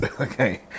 Okay